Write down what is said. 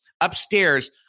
upstairs